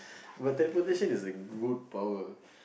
but teleportation is a good power